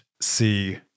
see